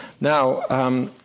now